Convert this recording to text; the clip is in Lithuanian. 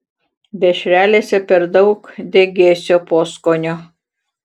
dešrelėse per daug degėsio poskonio